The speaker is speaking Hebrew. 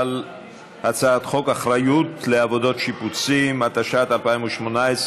על הצעת חוק אחריות לעבודות שיפוצים, התשע"ט 2018,